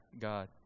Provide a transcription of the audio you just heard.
God